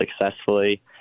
successfully